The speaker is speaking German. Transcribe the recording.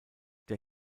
der